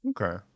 Okay